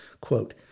Quote